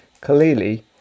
clearly